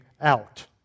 out